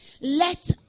let